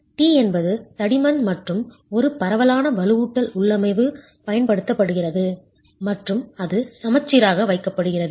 t என்பது தடிமன் மற்றும் ஒரு பரவலான வலுவூட்டல் உள்ளமைவு பயன்படுத்தப்படுகிறது மற்றும் அது சமச்சீராக வைக்கப்படுகிறது